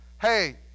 Hey